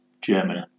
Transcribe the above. Germany